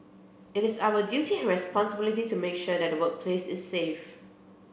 it is our duty and responsibility to make sure that the workplace is safe